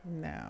No